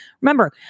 Remember